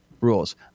rules